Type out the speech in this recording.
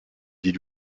dit